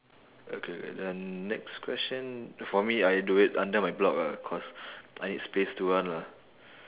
okay K then next question for me I do it under my block ah cause I need space to run lah